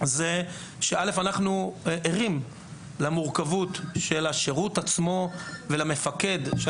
אנחנו ערים למורכבות של השירות עצמו ולחשיבות המפקד.